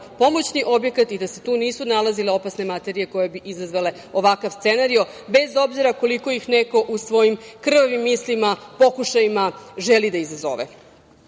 pomoćni objekat i da se tu nisu nalazile opasne materije koje bi izazvale ovakav scenario, bez obzira koliko ih neko u svojim krvavim mislima, pokušajima, želi da izazove. Ostaje